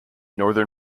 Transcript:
northern